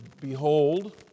behold